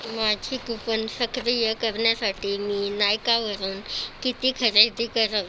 माझे कूपन सक्रिय करण्यासाठी मी नायकावरून किती खरेदी करावी